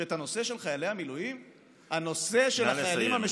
שאת הנושא של חיילי המילואים נא לסיים.